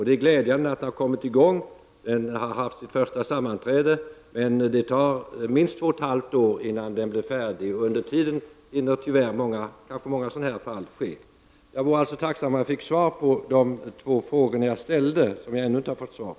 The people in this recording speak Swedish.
Det är glädjande att den har kommit i gång med sitt arbete och haft ett första sammanträde. Men det tar minst två och ett halvt år innan den blir färdig. Under tiden kan det tyvärr bli många fler fall av detta slag. Jag vore alltså tacksam om jag fick svar på de två frågor som jag ställde.